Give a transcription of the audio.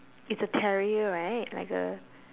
it's a carrier right like a